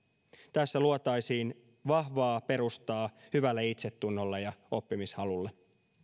tässä luotaisiin vahvaa perustaa hyvälle itsetunnolle ja oppimishalulle